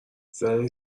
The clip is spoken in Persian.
زنی